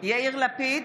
יאיר לפיד,